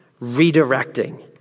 redirecting